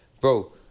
Bro